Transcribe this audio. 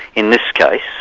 in this case,